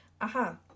Aha